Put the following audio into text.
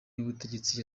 y’ubutegetsi